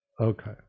Okay